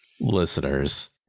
Listeners